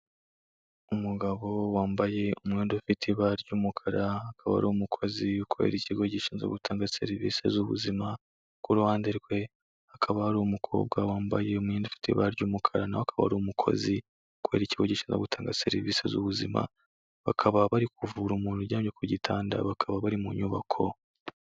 Umugabo wambaye umwenda ufite ibara ry'umukara, akaba ari umukozi ukorera ikigo gishinzwe gutanga serivisi z'ubuzima, ku ruhande rwe hakaba hari umukobwa wambaye umwenda ufite ibara ry'umukara na we akaba ari umukozi ukorera ikigo gishinzwe gutanga serivisi z'ubuzima, bakaba bari kuvura umuntu uryamye ku gitanda, bakaba bari mu nyubako.